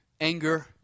anger